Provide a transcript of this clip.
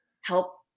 help